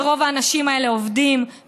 ורוב האנשים האלה עובדים,